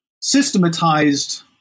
systematized